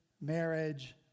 marriage